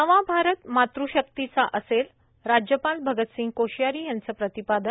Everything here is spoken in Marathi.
नवा भारत मातृशक्तीचा असेल राज्यपाल भगतसिंग कोशियारी यांचं प्रतिपादन